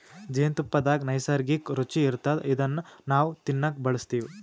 ಜೇನ್ತುಪ್ಪದಾಗ್ ನೈಸರ್ಗಿಕ್ಕ್ ರುಚಿ ಇರ್ತದ್ ಇದನ್ನ್ ನಾವ್ ತಿನ್ನಕ್ ಬಳಸ್ತಿವ್